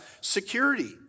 security